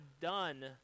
done